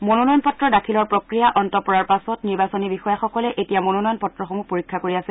মনোনয়ন পত্ৰ দাখিলৰ প্ৰক্ৰিয়া অন্ত পৰাৰ পাছত নিৰ্বাচনী বিষয়াসকলে এতিয়া মনোনয়ন পত্ৰসমূহ পৰীক্ষা কৰি আছে